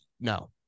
No